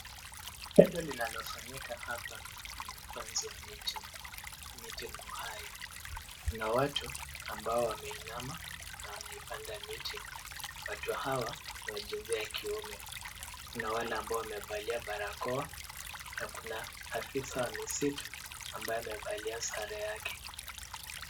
Tendo linalofanyika hapa ni upanzi wa miti. Miti ni uhai. Kuna watu ambao wameinama na wanaipanda miti. Watu hawa ni wa jinsia ya kiume. Kuna wale ambao wamevalia barakoa na kuna afisa wa misitu ambaye amevalia sare yake.